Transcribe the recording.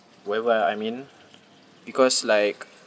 whatever I I mean because like